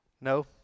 No